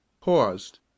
paused